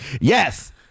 Yes